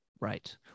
Right